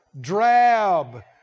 drab